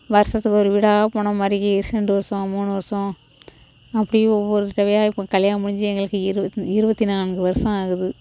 வருஷத்துக்கு ஒரு வீடாக போன மாதிரி ரெண்டு வருஷம் மூணு வருஷம் அப்படி ஒவ்வொரு தடவையாக இப்போ கல்யாணம் முடிஞ்சு எங்களுக்கு இரு இரு இருபத்தி நான்கு வருஷம் ஆகுது